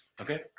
Okay